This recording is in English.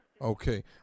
Okay